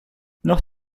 noch